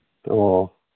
ꯑꯣ ꯑꯣ